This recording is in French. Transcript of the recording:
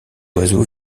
oiseau